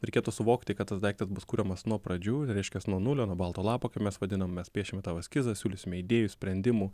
reikėtų suvokti kad tas daiktas bus kuriamas nuo pradžių reiškias nuo nulio nuo balto lapo kaip mes vadinam mes piešime tavo eskizą siūlysime idėjų sprendimų